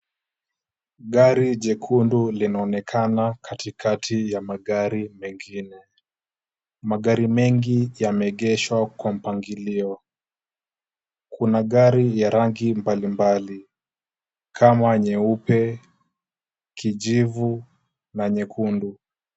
Gari jekundu linaonekana katikati ya magari mengine. Magari mengi yameegeshwa kwa mpangilio. Kuna gari ya rangi mbalimbali, kama nyeupe, kijivu na nyekundu.